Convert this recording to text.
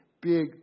big